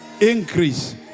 increase